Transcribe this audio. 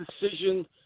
decision